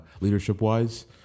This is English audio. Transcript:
leadership-wise